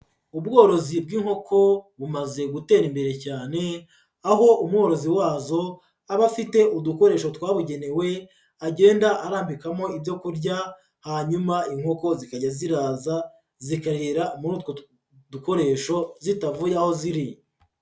Ubworozi bw'inkoko bumaze gutera imbere cyane, aho umworozi wazo aba afite udukoresho twabugenewe agenda arambikamo ibyo kurya, hanyuma inkoko zikajya ziraza zikarira muri utwo dukoresho zitavuye aho ziri.